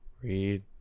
read